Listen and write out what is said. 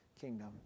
kingdom